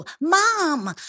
Mom